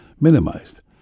minimized